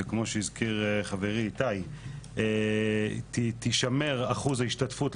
כמו שהזכיר חברי איתי יישמר אחוז ההשתתפות,